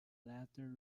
latter